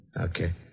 Okay